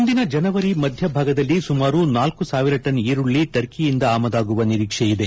ಮುಂದಿನ ಜನವರಿ ಮಧ್ಯಭಾಗದಲ್ಲಿ ಸುಮಾರು ನಾಲ್ಕು ಸಾವಿರ ಟನ್ ಈರುಳ್ಳಿ ಟರ್ಕಿಯಿಂದ ಆಮದಾಗುವ ನಿರೀಕ್ಷೆಯಿದೆ